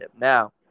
Now